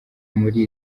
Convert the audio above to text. muri